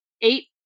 eight